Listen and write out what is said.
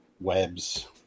webs